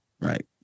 Right